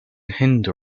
hindu